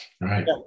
Right